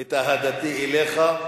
ואת אהדתי אליך,